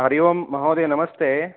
हरिः ओं महोदय नमस्ते